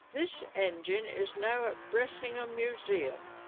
this engine is now at bressingham museum